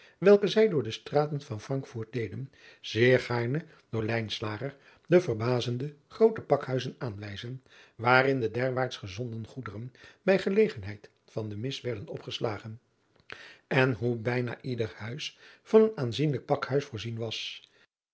welke zij door de straten van rankfort deden zeer gaarne door de verbazende groote pakhuizen aanwijzen waarin de derwaarts gezonden goederen bij gelegenheid van de mis werden opgeslagen en hoe bijna ieder huis van een aanzienlijk pakhuis voorzien was